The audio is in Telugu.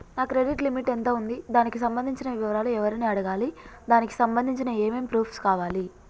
నా క్రెడిట్ లిమిట్ ఎంత ఉంది? దానికి సంబంధించిన వివరాలు ఎవరిని అడగాలి? దానికి సంబంధించిన ఏమేం ప్రూఫ్స్ కావాలి?